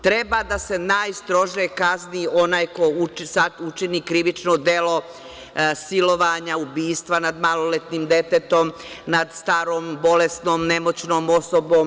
Treba da se najstrože kazni onaj ko učini krivično delo silovanja, ubistva nad maloletnim detetom, nad starom, bolesnom, nemoćnom osobom.